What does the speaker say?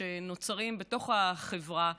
שנוצרים בתוך החברה,